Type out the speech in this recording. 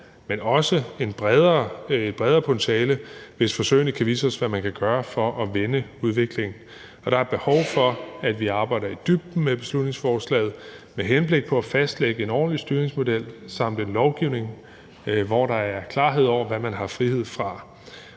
men også et bredere potentiale, hvis forsøgene kan vise os, hvad man kan gøre for at vende udviklingen. Der er behov for, at vi arbejder i dybden med beslutningsforslaget med henblik på at fastlægge en ordentlig styringsmodel samt en lovgivning, hvor der er klarhed over, hvad man har frihed fra.